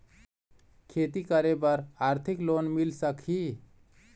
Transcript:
खेती करे बर आरथिक लोन मिल सकही?